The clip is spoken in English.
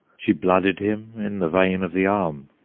she blooded him in the vein of the arm,